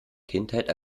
kindheit